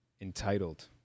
entitled